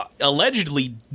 allegedly